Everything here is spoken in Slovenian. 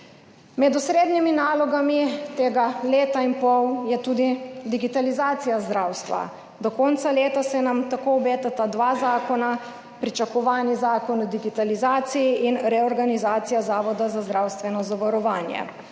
Med osrednjimi nalogami tega leta in pol je tudi digitalizacija zdravstva. Do konca leta se nam tako obetata dva zakona, pričakovani zakon o digitalizaciji in reorganizacija Zavoda za zdravstveno zavarovanje.